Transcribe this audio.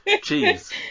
Cheese